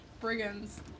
brigands